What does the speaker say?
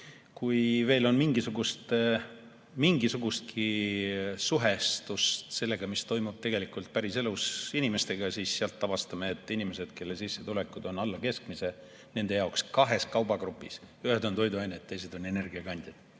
Kui veel on mingisugustki suhestust sellega, mis toimub tegelikult päriselus inimestega, siis me avastame, et inimeste [jaoks], kelle sissetulekud on alla keskmise, on probleem kahes kaubagrupis: ühed on toiduained, teised on energiakandjad.